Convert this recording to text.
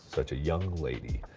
such a young lady.